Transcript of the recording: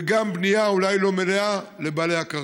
וגם בנייה, אולי לא מלאה, לבעלי הקרקעות.